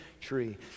Tree